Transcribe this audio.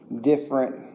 different